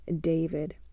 David